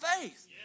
faith